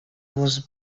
was